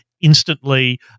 instantly